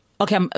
okay